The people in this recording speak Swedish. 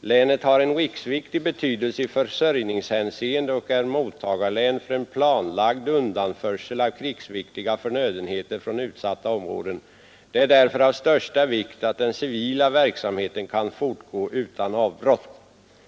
Länet har en riksviktig betydelse i försörjningshändesgränserna för seende och är mottagarlän för planlagd undanförsel av krigsviktiga Gävleborgs län rd å 3 ä äg Rea G ve bd förnödenheter från utsatta områden. Det är r av största vikt att den och Kalmar län pa 5 civila verksamheten kan fortgå utan avbrott.